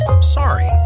sorry